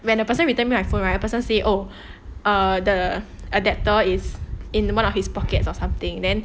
when the person return my phone right the person say oh err the adapter is in one of his pockets or something then